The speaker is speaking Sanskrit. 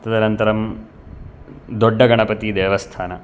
तदनन्तरं दोड्डगणपतिदेवस्थानं